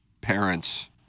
parents